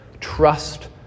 Trust